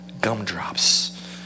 gumdrops